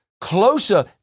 closer